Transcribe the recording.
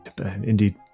Indeed